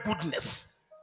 goodness